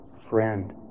friend